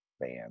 band